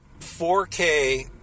4K